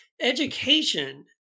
Education